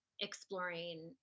exploring